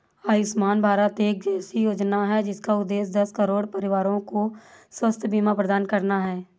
आयुष्मान भारत एक ऐसी योजना है जिसका उद्देश्य दस करोड़ परिवारों को स्वास्थ्य बीमा प्रदान करना है